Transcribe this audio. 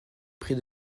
prix